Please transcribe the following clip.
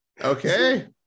Okay